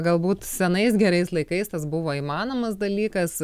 galbūt senais gerais laikais tas buvo įmanomas dalykas